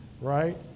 right